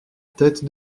tête